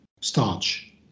starch